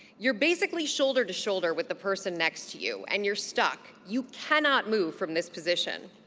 you're basically shoulder to shoulder with the person next to you. and you're stuck. you cannot move from this position.